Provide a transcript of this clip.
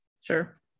Sure